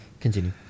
Continue